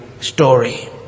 story